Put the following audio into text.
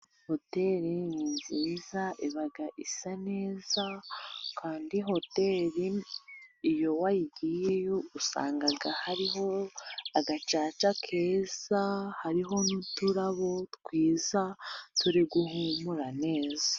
Hoteri ni nziza, iba isa neza. Kandi hoteri iyo wagiyeyo usanga hariho agacaca keza hariho n'uturabo twiza turi guhumura neza.